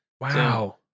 Wow